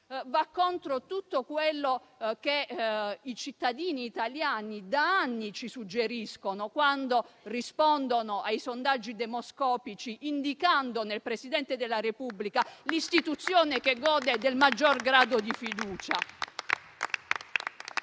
va contro tutto quello che i cittadini italiani da anni ci suggeriscono quando rispondono ai sondaggi demoscopici indicando nel Presidente della Repubblica l'istituzione che gode del maggior grado di fiducia.